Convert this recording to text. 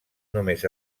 només